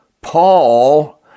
Paul